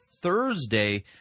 Thursday –